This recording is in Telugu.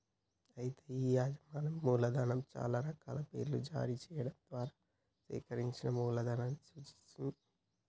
అయితే ఈ యాజమాన్యం మూలధనం చాలా రకాల పేర్లను జారీ చేయడం ద్వారా సేకరించిన మూలధనాన్ని సూచిత్తది